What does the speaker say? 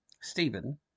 Stephen